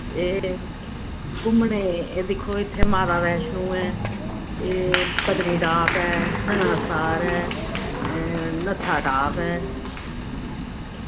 एह् घुम्मनै गी दिक्खो इत्थें माता वैष्णो देवी ऐ एह् पत्नीटाप ऐ सनासर ऐ नत्थाटॉप ऐ